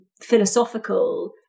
philosophical